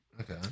Okay